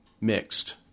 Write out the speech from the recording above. mixed